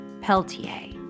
Peltier